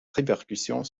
répercussions